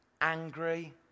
Angry